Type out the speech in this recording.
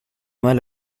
mal